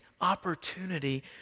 opportunity